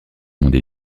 monde